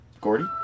Gordy